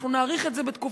אנחנו נאריך את זה בתקופה.